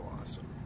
awesome